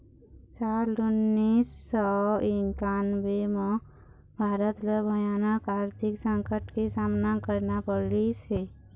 साल उन्नीस सौ इन्कानबें म भारत ल भयानक आरथिक संकट के सामना करना पड़िस हे